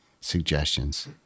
suggestions